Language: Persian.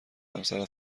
همسر